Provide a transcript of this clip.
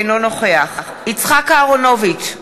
אינו נוכח יצחק אהרונוביץ,